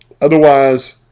Otherwise